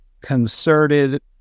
Concerted